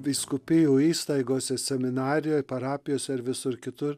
vyskupijų įstaigose seminarijoj parapijose ar visur kitur